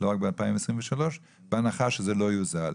לא רק ב-2023 בהנחה שזה לא יוזל.